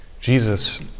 Jesus